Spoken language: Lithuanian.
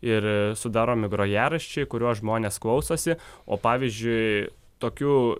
ir sudaromi grojaraščiai kuriuos žmonės klausosi o pavyzdžiui tokių